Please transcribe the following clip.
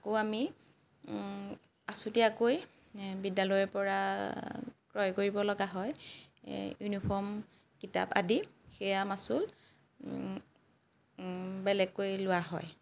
আকৌ আমি আছুতীয়াকৈ বিদ্যালয়ৰ পৰা ক্ৰয় কৰিব লগা হয় ইউনিফৰ্ম কিতাপ আদি সেয়া মাচুল বেলেগকৈ লোৱা হয়